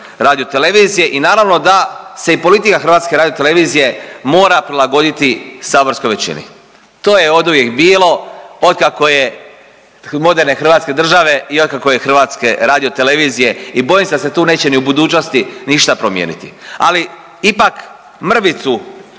članova HRT-a i naravno da se i politika HRT-a mora prilagoditi saborskoj većini. To je oduvijek bilo otkako je moderne hrvatske države i otkako je HRT-a i bojim se da se tu neće ni u budućnosti ništa promijeniti, ali ipak mrvicu